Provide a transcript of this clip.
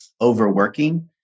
overworking